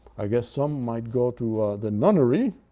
i guess some might go to the nunnery,